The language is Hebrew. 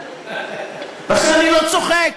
אני לא צוחק.